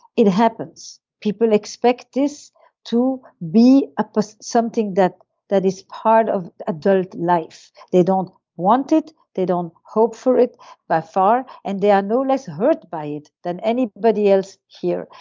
it happens. people expect this to be ah but something that that is part of adult life. they don't want it, it, they don't hope for it by far and they are no less hurt by it than anybody else here.